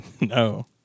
No